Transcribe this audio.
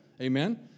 Amen